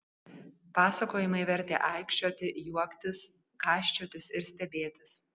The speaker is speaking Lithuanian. pasakojimai vertė aikčioti juoktis gąsčiotis ir stebėtis